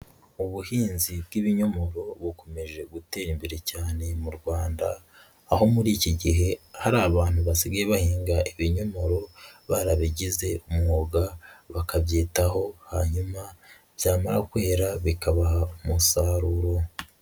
Ubuhinzi bw'ibinyomoro bukomeje gutera imbere cyane mu Rwanda, aho muri iki gihe hari abantu basigaye bahinga ibinyomoro barabigize umwuga, bakabyitaho hanyuma byamara kwera bikabaha umusaruro.